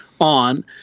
on